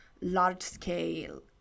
large-scale